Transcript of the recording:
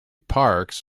parkes